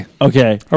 Okay